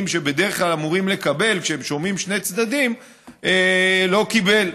שבדרך כלל אמורים לקבל כשהם שומעים שני צדדים לא קיבל.